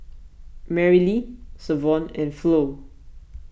Marilee Savon and Flo